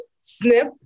snip